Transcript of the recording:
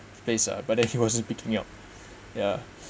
space ah but then he wasn't picking up ya